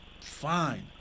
Fine